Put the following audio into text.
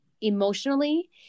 emotionally